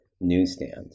newsstand